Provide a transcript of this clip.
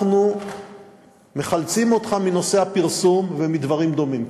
אנחנו מחלצים אותך מנושא הפרסום ומדברים דומים.